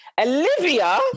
Olivia